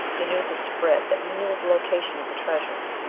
the news had spread that we knew the location of the treasure.